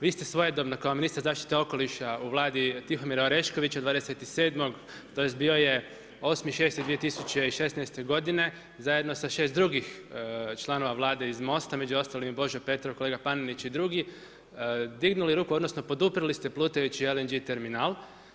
Vi ste svojedobno kao ministar zaštite okoliša u vladi Tihomira Oreškovića 27. tj. bio je 8.6.2016. godine zajedno sa šest drugih članova vlade iz MOST-a među ostalim i Božo Petrov, kolega Panenić i drugi dignuli ruku, odnosno poduprli ste plutajući LNG terminal.